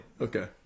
Okay